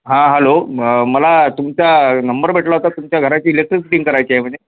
हां हॅलो मला तुमचा नंबर भेटला होता तुमच्या घराची इलेक्ट्री फिटींग करायची आहे म्हणे